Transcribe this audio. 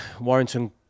warrington